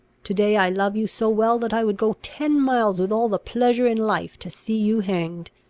to-day i love you so well, that i would go ten miles with all the pleasure in life to see you hanged.